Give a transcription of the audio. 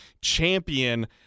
champion